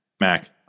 mac